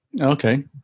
okay